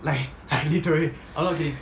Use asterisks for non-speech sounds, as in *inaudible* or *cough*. *laughs*